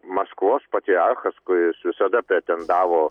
maskvos patriarchas kuris visada pretendavo